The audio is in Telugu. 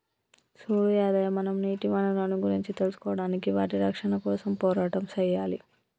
సూడు యాదయ్య మనం నీటి వనరులను గురించి తెలుసుకోడానికి వాటి రక్షణ కోసం పోరాటం సెయ్యాలి